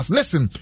Listen